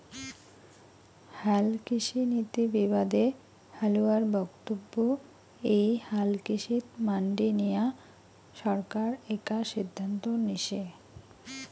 হালকৃষিনীতি বিবাদে হালুয়ার বক্তব্য এ্যাই হালকৃষিত মান্ডি নিয়া সরকার একা সিদ্ধান্ত নিসে